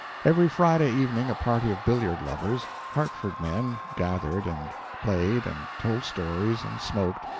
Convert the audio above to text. every friday evening a party of billiard lovers hartford men gathered and played, and told stories, and smoked,